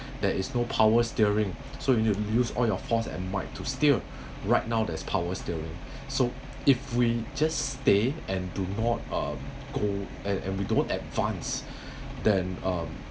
there is no power steering so you need to use all your force and might to steer right now there's power steering so if we just stay and do not uh go and and we don't advance then um